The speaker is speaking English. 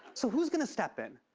so who's gonna step in?